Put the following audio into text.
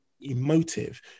emotive